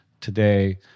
today